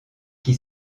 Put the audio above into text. qui